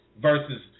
Versus